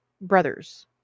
Brothers